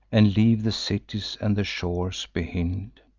and leave the cities and the shores behind.